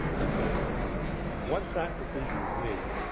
because once that decision is made,